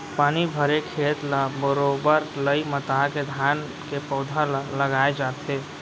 पानी भरे खेत ल बरोबर लई मता के धान के पउधा ल लगाय जाथे